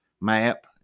map